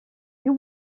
you